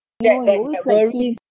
that that like worries